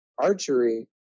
archery